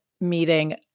meeting